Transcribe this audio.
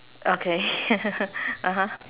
okay (uh huh)